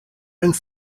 and